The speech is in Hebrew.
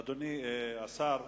אדוני השר,